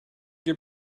your